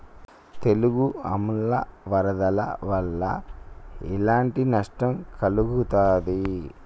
తెగులు ఆమ్ల వరదల వల్ల ఎలాంటి నష్టం కలుగుతది?